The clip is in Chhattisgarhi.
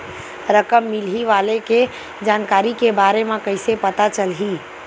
रकम मिलही वाले के जानकारी के बारे मा कइसे पता चलही?